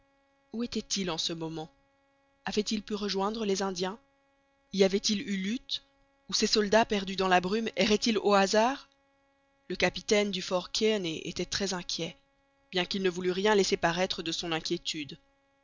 était-il en ce moment avait-il pu rejoindre les indiens y avait-il eu lutte ou ces soldats perdus dans la brume erraient ils au hasard le capitaine du fort kearney était très inquiet bien qu'il ne voulût rien laisser paraître de son inquiétude